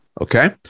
Okay